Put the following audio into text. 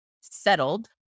settled